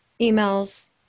emails